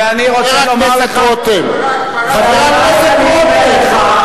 חבר הכנסת רותם.